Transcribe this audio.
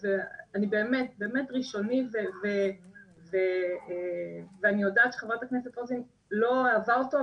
וזה באמת ראשוני ואני יודעת שחברת הכנסת רוזין לא אהבה אותו,